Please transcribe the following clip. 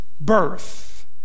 birth